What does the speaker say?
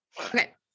Okay